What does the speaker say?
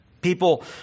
People